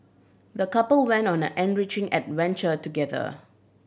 the couple went on an enriching adventure together